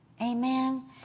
Amen